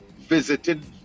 visited